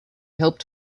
helped